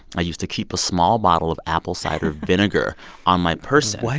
i used to keep a small bottle of apple cider. vinegar on my person. what.